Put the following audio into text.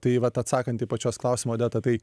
tai vat atsakant į pačios klausimą odeta tai